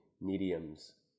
mediums